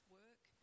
work